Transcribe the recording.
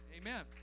Amen